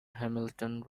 hamilton